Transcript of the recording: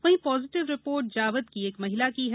वहीं positive report Jawad की एक महिला की है